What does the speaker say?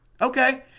Okay